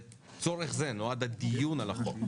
לצורך זה נועד הדיון על הצעת החוק.